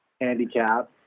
handicap